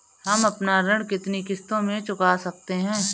हम अपना ऋण कितनी किश्तों में चुका सकते हैं?